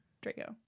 Draco